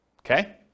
okay